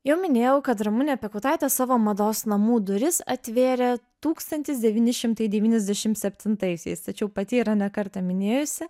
jau minėjau kad ramunė piekautaitė savo mados namų duris atvėrė tūkstantis devyni šimtai devyniasdešim septintaisiais tačiau pati yra ne kartą minėjusi